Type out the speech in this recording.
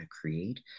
create